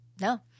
no